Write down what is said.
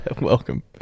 welcome